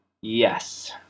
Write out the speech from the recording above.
Yes